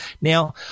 Now